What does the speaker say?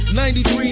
93